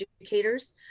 educators